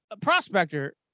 Prospector